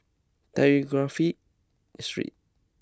Telegraph Street